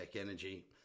Energy